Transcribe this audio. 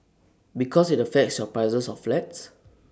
because IT affects your prices of flats